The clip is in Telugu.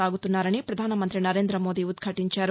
సాగుతున్నారని పధానమంతి నరేందమోదీ ఉద్భాటించారు